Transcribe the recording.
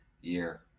year